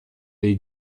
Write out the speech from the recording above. dei